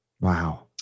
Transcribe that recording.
wow